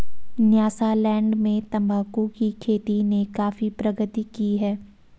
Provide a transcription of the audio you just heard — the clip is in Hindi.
न्यासालैंड में तंबाकू की खेती ने काफी प्रगति की है